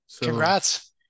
Congrats